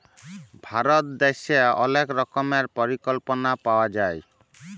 ভারত দ্যাশে অলেক রকমের পরিকল্পলা পাওয়া যায়